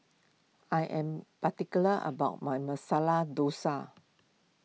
I am particular about my Masala Dosa